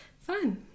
Fun